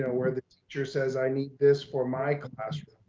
yeah where the teacher says, i need this for my classroom